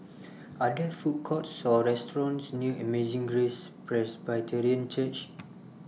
Are There Food Courts Or restaurants near Amazing Grace Presbyterian Church